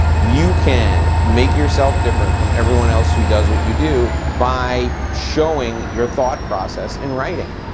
you can make yourself different from everyone else who does what you do by showing your thought process in writing.